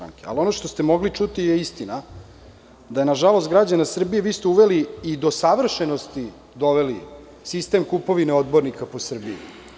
Ali, ono što ste mogli čuti je istina da ste, na žalost građana Srbije, uveli i do savršenosti doveli sistem kupovine odbornika po Srbiji.